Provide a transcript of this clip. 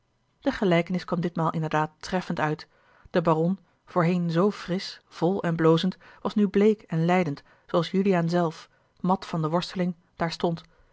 de gelijkenis kwam ditmaal inderdaad treffend uit de baron voorheen zoo frisch vol en blozend was nu bleek en lijdend zooals juliaan zelf mat van de worsteling daar stond